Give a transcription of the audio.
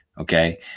Okay